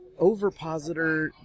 overpositor